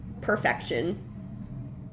perfection